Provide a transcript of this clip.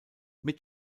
mit